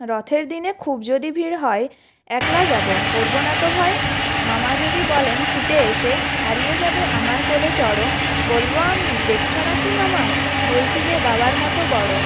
রথের দিনে খুব যদি ভিড় হয় একলা যাব করবো না তো ভয় মামা যদি বলেন ছুটে এসে হারিয়ে যাবে আমার কোলে চড়ো বলবো আমি দেখছো না কি মামা হয়েছি যে বাবার মতো বড়ো